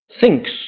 thinks